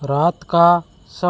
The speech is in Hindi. रात का समय